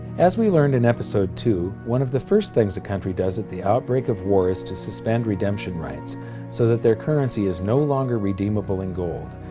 as we learned in episode two one of the first things the country does at the outbreak of war is to suspend redemption rights so that their currency is no longer redeemable in gold.